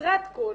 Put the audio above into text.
חסרת כל,